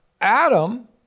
Adam